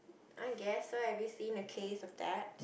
I guess so have you seen a case of that